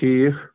ٹھیٖک